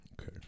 Okay